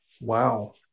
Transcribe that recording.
Wow